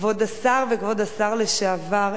כבוד השר וכבוד השר לשעבר.